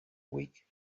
week